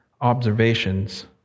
observations